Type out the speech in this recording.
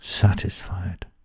Satisfied